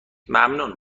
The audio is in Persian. ممنون